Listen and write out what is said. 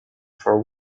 for